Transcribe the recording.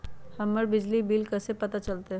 हमर बिजली के बिल कैसे पता चलतै?